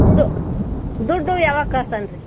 ದುಡ್ಡು ಯಾವಾಗ ಕಳ್ಸೋಣ್ರಿ